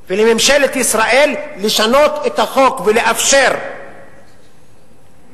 ולממשלת ישראל לשנות את החוק ולאפשר לעצור,